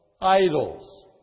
idols